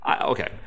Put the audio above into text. Okay